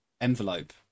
envelope